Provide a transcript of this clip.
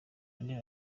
andi